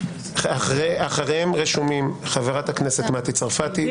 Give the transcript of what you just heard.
אחריהם רשומים: חברת הכנסת מטי צרפתי,